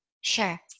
Sure